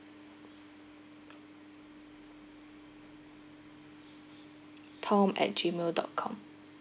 tom at gmail dot com